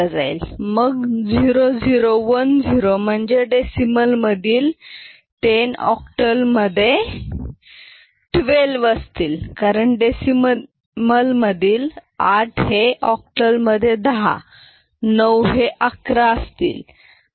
मग 0 0 1 0 म्हणजे डेसिमल मधील 10 ऑक्टल मधे 12 असतील कारण डेसिमल मधील 8 ऑक्टल मधे 10 9 11 असतील